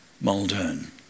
Muldoon